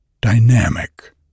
dynamic